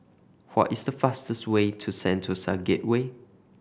what is the fastest way to Sentosa Gateway